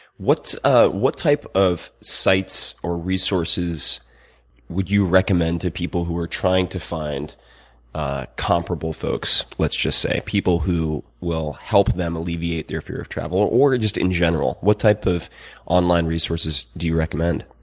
what ah what type of sites or resources would you recommend to people who are trying to find comparable folks, let's just say, people who will help them alleviate their fear of travel, or or just in general, what type of online resources do you recommend?